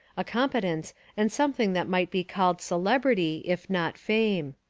a competence and something that might be called celebrity if not fame.